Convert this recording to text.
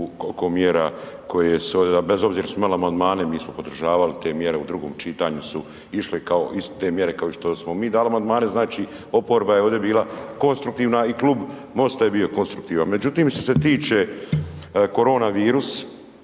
ovdje bez obzira što smo imali amandmane mi smo podržavali te mjere, u drugom čitanju su išle kao iste mjere kao i što smo mi dali amandmane. Znači, oporba je ovdje bila konstruktivna i Klub MOST-a je bio konstruktivan. Međutim, što se tiče koronavirus